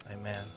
Amen